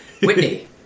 Whitney